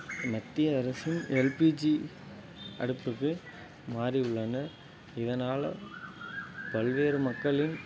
மத்திய அரசின் எல்பிஜி அடுப்புக்கு மாறியுள்ளன இதனால் பல்வேறு மக்களின்